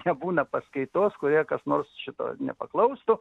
nebūna paskaitos kurioje kas nors šito nepaklaustų